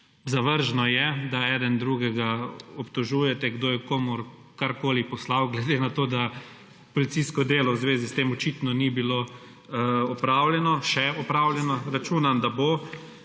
Zavržno je, da eden drugega obtožujete, kdo je komu karkoli poslal, glede nato, da policijsko delo v zvezi s tem očitno ni bilo opravljeno, še opravljeno. Računam, da bo.